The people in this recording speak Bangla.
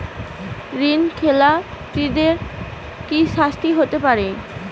ঋণ খেলাপিদের কি শাস্তি হতে পারে?